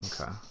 Okay